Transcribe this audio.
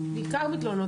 בעיקר מתלוננות,